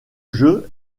jeu